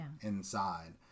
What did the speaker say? inside